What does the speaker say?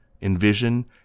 Envision